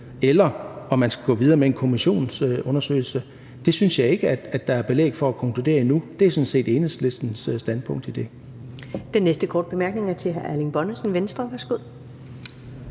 eller man skal gå videre med en kommissionsundersøgelse, synes jeg ikke at der er belæg for at konkludere endnu. Det er sådan set Enhedslistens standpunkt i det. Kl. 15:28 Første næstformand (Karen Ellemann): Den næste korte bemærkning er til hr. Erling Bonnesen, Venstre. Værsgo.